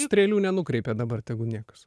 strėlių nenukreipia dabar tegu niekas